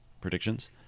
predictions